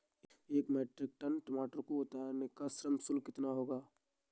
एक metric tonne टमाटर को उतारने का श्रम शुल्क कितना होगा?